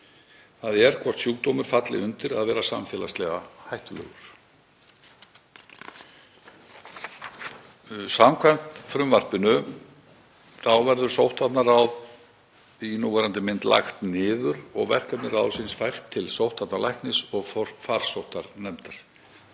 þ.e. hvort sjúkdómur falli undir það að vera samfélagslega hættulegur. Samkvæmt frumvarpinu verður sóttvarnaráð í núverandi mynd lagt niður og verkefni ráðsins fært til sóttvarnalæknis og farsóttanefndar.